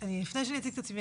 לפני שאני אציג את עצמי,